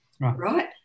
right